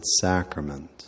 sacrament